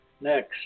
Next